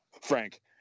Frank